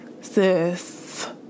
sis